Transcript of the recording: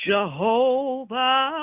Jehovah